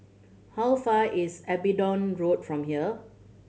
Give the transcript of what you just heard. how far is Abingdon Road from here